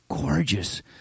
gorgeous